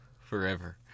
Forever